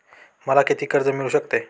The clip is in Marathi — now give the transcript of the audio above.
मला किती कर्ज मिळू शकते?